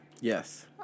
Yes